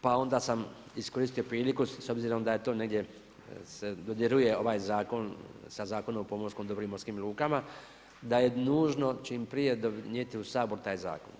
Pa onda sam iskoristio priliku, s obzirom da je to negdje se dodiruje ovaj zakon sa Zakonom dobru i morskim lukama, da je nužno, čim prije donijet u Sabor taj zakon.